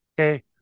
Okay